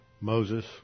Moses